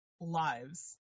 lives